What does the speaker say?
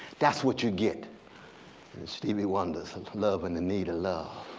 that's what you get in stevie wonder's and love in the need of love.